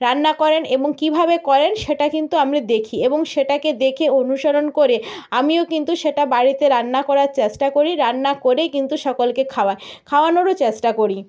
রান্না করেন এবং কীভাবে করেন সেটা কিন্তু আমরা দেখি এবং সেটাকে দেখে অনুসরণ করে আমিও কিন্তু সেটা বাড়িতে রান্না করার চেষ্টা করি রান্না করে কিন্তু সকলকে খাওয়া খাওয়ানোরও চেষ্টা করি